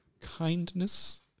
kindness